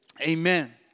Amen